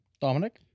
Dominic